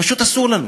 פשוט אסור לנו.